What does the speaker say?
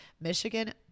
Michigan